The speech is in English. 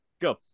go